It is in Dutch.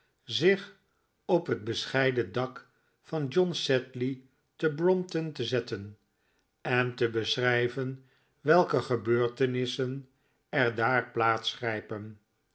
zich op het bescheiden dak van john sedley te brompton te zetten p p en te beschrijven welke gebeurtenissen er daar plaats grijpen